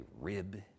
rib